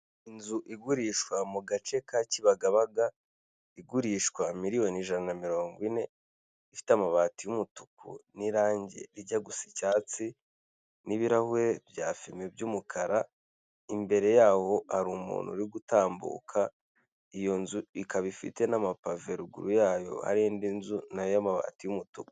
Inzu igurishwa mu gace ka Kibagabaga, igurishwa miliyoni ijana mirongo ine, ifite amabati y'umutuku n'irange rijya gusa icyatsi n'ibirahuri bya fime by'umukara, imbere yaho hari umuntu uri gutambuka, iyo nzu ikaba ifite n'amapave, ruguru yayo hari indi nzu nayo y'amabati y'umutuku.